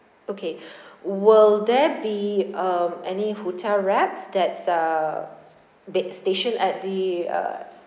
okay will there be uh any hotel reps that's uh that station at the uh